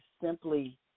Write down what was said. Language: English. simply